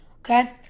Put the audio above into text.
Okay